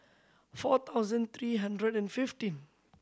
four thousand three hundred and fifteen